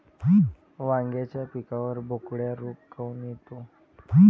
वांग्याच्या पिकावर बोकड्या रोग काऊन येतो?